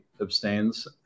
abstains